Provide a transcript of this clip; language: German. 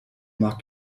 mag